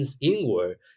inward